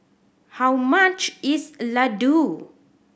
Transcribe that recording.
how much is Ladoo